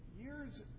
Years